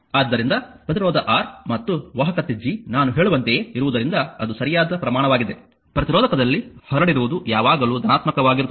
ಆದ್ದರಿಂದ ಪ್ರತಿರೋಧ R ಮತ್ತು ವಾಹಕತೆ G ನಾನು ಹೇಳುವಂತೆಯೇ ಇರುವುದರಿಂದ ಅದು ಸರಿಯಾದ ಪ್ರಮಾಣವಾಗಿದೆ ಪ್ರತಿರೋಧಕದಲ್ಲಿ ಹರಡಿರುವುದು ಯಾವಾಗಲೂ ಧನಾತ್ಮಕವಾಗಿರುತ್ತದೆ